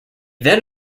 then